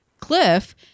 Cliff